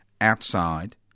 outside